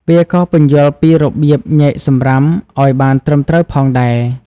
វាក៏ពន្យល់ពីរបៀបញែកសំរាមឱ្យបានត្រឹមត្រូវផងដែរ។